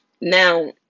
Now